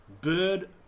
Bird